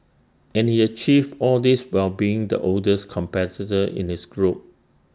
and he achieved all this while being the oldest competitor in his group